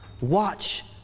Watch